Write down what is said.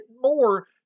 more